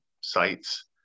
sites